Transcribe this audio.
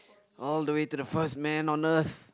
all the way to the first man on earth